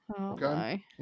Okay